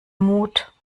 mut